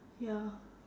ya